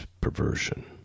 perversion